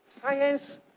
Science